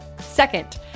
Second